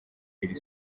iri